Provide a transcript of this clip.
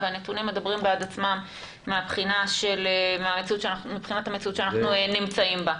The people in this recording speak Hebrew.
והנתונים מדברים בעד עצמם מבחינת המציאות שאנחנו נמצאים בה.